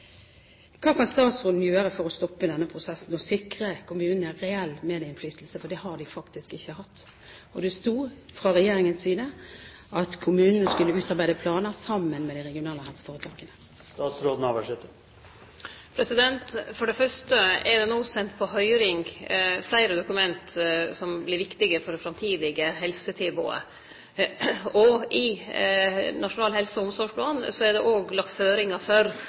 Hva kan statsråden gjøre for å stoppe denne prosessen og sikre kommunene reell medinnflytelse? Det har de faktisk ikke hatt, og det sto fra regjeringens side at kommunene skulle utarbeide planer sammen med de regionale helseforetakene. For det fyrste er det no sendt på høyring fleire dokument som vert viktige for det framtidige helsetilbodet. I Nasjonal helse- og omsorgsplan er det òg lagt føringar for